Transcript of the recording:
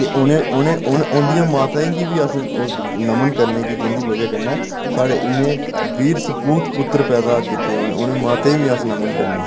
ते उ'नें उ'नें उंदियें मातांए गी बी अस नमन करने गी जिंदी बजह कन्नै साढ़े इ'नें बीर सपूत पुत्तर पैदा कीते उ'नें मातें बी अस नमन करने आं